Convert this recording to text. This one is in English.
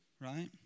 right